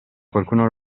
qualcuno